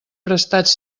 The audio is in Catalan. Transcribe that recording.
prestats